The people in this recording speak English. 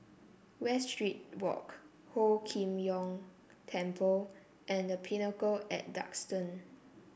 Westridge Walk Ho Kim Kong Temple and The Pinnacle at Duxton